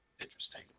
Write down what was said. interesting